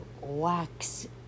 wax